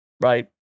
right